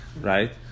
right